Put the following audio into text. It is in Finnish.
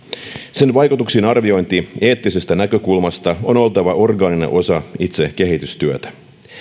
sen vaikutuksien arvioinnin eettisestä näkökulmasta on oltava orgaaninen osa itse kehitystyötä